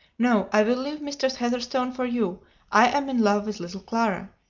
no! i will leave mistress heatherstone for you i am in love with little clara.